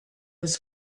was